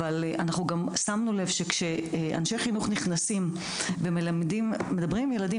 אבל אנחנו גם שמנו לב שכשאנשי חינוך נכנסים ומדברים עם ילדים